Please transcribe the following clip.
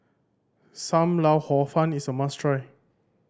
Sam Lau Hor Fun is a must try